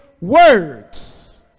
words